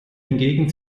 hingegen